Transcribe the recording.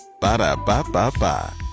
Ba-da-ba-ba-ba